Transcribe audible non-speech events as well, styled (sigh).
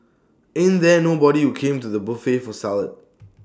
ain't there nobody who came to the buffet for salad (noise)